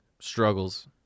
Struggles